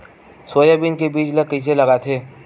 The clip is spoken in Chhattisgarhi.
सोयाबीन के बीज ल कइसे लगाथे?